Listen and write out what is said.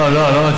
לא, לא אתם.